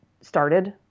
started